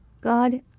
god